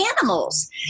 animals